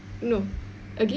no again